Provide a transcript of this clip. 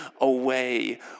away